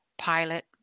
pilot